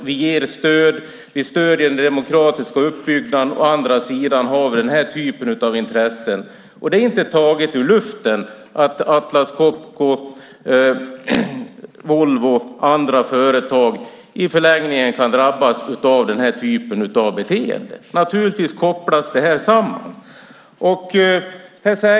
Vi ger stöd och stöder den demokratiska uppbyggnaden. Å andra sidan har vi den här typen av intressen. Det är inte taget ur luften att Atlas Copco, Volvo och andra företag i förlängningen kan drabbas av den här typen av beteende. Naturligtvis kopplas det samman.